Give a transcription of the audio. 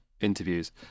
interviews